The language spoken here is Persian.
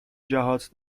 جهات